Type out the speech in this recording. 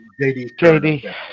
JD